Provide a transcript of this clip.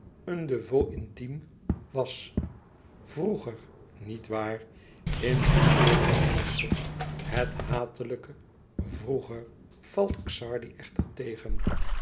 vos intimes was vroeger niet waar insinueert de engelsche het hatelijke vroeger valt xardi echter tegen